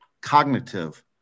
cognitive